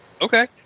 Okay